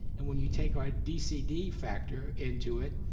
and when you take our dcd factor into it,